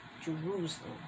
Jerusalem